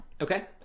Okay